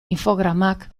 infogramak